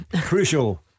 crucial